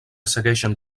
segueixen